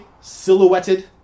silhouetted